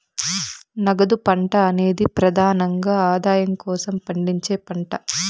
నగదు పంట అనేది ప్రెదానంగా ఆదాయం కోసం పండించే పంట